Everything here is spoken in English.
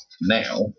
now